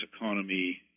economy